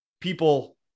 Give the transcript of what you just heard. people